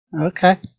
okay